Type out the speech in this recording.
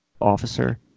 officer